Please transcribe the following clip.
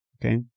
Okay